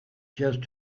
just